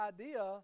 idea